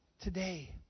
today